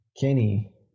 Kenny